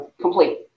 complete